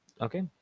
okay